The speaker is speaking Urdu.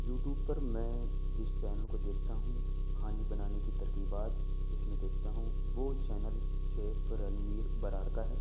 یو ٹیوب پر میں جس چینل کو دیکھتا ہوں کھانے بنانے کی ترکیبات جس میں میں دیکھتا ہوں وہ چینل شیف رنویر برار کا ہے